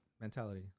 mentality